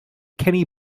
kenny